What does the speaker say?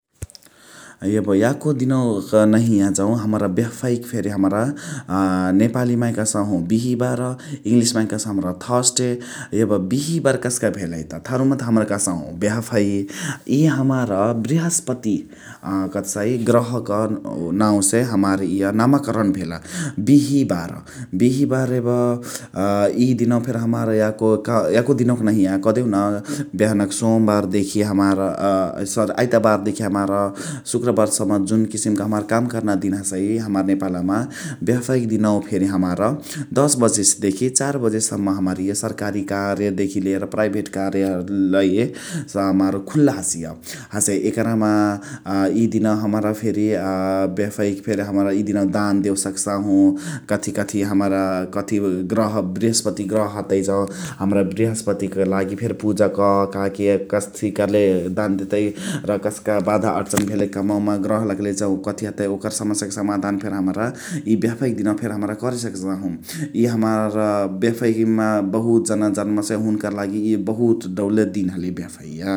यब याको दिनवा क नहिया जउ हमरा बिहफइक फेरी हमरा नेपाली माहे कह्सहु बिहिबार इङ्लिश माहे कह्सहु थस्डे । यब बिहिबार कस्का भेलइ त, थारु माहे त कह्सहु बिहफइ । इ हमार बृहस्पती कथ कह्सइ गर्हक नाउ से हमार इय नाम कणर भेल । बिहिबार्, बिहिबार यब इ दिनवा फेरी हमार याको दिनवा क नहिया कह्देउन बेहना क सोमबार देखी हमार आइतबार देखी हमार सुक्रबार सम्म जुन किसिम म काम कर्ना दिन हसइ, हमार नेपाल मा बिहफइक दिनवा फेनी हमार दस बजे चार बजे सम्म, हमार इय सर्कारी कार्य देखी लेर प्राइभेट कार्य लए हमार खुल्ल हसिय । हसे एकरमा इ दिनवा फेरी बिहफइक फेरी हमार इ दिनवा दान देवे सक्सहु कथी कथी हमरा कथी गर्ह बृहस्पती गर्ह हतइ जउ हमरा बृहस्पती क लागी फेरी पुजा क का के कथी कर्ले दान देतइ । र कस्का बाधा अर्चन भेले कमवा मा गर्ह लगले जउ कथी हतइ ओकर समस्या क सामाधान हमरा इ बिहफइक दिनवा फेनी हमरा करे सक्सहु । इ हमार बिहफइ मा बहुत जन जन्मसइ हुनुकर लागी इ बहुत दउले दिन हलिय बिहफइया ।